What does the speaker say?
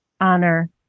honor